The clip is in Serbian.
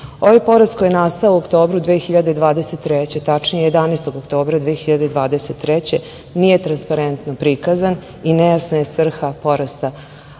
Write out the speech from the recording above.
evra. Ovaj porast koji je nastao u oktobru 2023. tačnije 11. oktobra 2023. godine nije transparentno prikazan i nejasna je svrha porasta